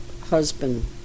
husband